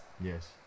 Yes